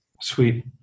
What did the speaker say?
Sweet